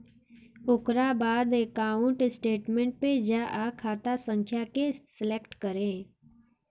ओकरा बाद account statement पे जा आ खाता संख्या के सलेक्ट करे